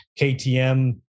KTM